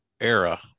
era